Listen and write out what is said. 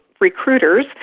recruiters